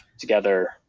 together